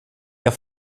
jag